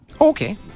okay